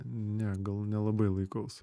ne gal nelabai laikaus